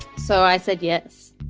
so i said yes.